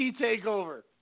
takeover